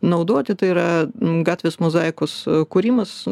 naudoti tai yra gatvės mozaikos kūrimas